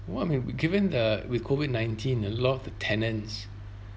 what I mean given the with COVID nineteen a lot the tenants